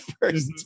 first